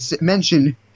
mention